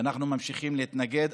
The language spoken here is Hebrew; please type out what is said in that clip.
ואנחנו ממשיכים להתנגד.